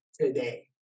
today